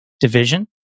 Division